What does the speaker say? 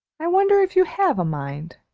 i wonder if you have a mind?